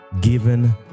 given